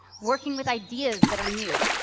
working with ideas that are new,